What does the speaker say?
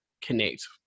connect